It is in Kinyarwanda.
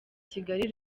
kigali